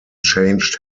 changed